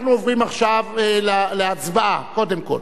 אנחנו עוברים עכשיו להצבעה, קודם כול.